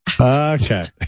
Okay